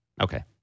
Okay